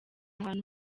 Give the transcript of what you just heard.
ahantu